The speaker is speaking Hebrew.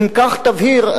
אם כך תבהיר,